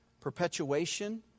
perpetuation